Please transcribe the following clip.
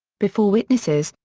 before witnesses,